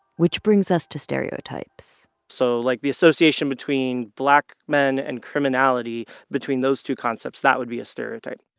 which brings us to stereotypes so like the association between black men and criminality, between those two concepts, that would be a stereotype